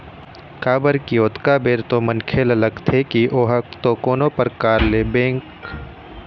काबर की ओतका बेर तो मनखे ल लगथे की ओहा तो कोनो परकार ले लोन नइ ले हवय